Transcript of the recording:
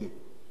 הרצל,